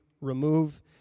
remove